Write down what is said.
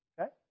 okay